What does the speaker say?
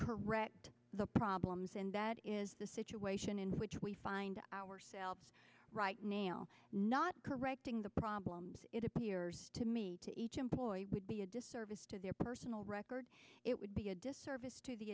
correct the problems and that is the situation in which we find ourselves right now not correcting the problems it appears to me to each employee would be a disservice to their personal record it would be a disservice to the